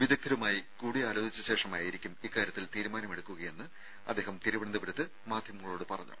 വിദഗ്ദ്ധരുമായി കൂടി ആലോചിച്ച ശേഷമായിരിക്കും ഇക്കാര്യത്തിൽ തീരുമാനമെടുക്കുന്നതെന്ന് അദ്ദേഹം തിരുവനന്തപുരത്ത് മാധ്യമങ്ങളോട് പറഞ്ഞു